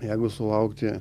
jeigu sulaukti